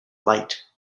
light